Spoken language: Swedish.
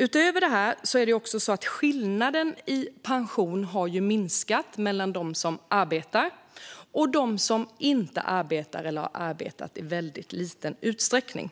Utöver detta har också skillnaden i pension minskat mellan dem som arbetat och dem som inte arbetat alls eller arbetat i väldigt liten utsträckning.